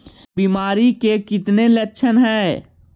बीमारी के कितने लक्षण हैं?